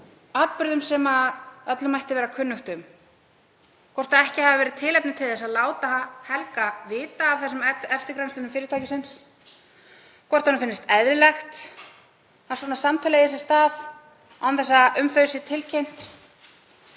atburðum, sem öllum ætti að vera kunnugt um, hvort ekki hafi verið tilefni til þess að láta Helga vita af þessum eftirgrennslunum fyrirtækisins, hvort honum finnist eðlilegt að svona samtal eigi sér stað án þess að um það sé tilkynnt